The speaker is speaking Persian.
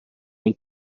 این